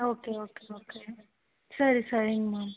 okay okay okay சரி சரிங்கம்மா